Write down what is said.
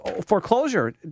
foreclosure